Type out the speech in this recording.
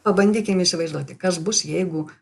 pabandykim įsivaizduoti kas bus jeigu